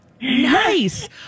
Nice